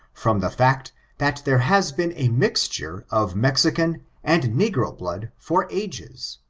from the fact that there has been a mixture of mexican and negro blood for ages.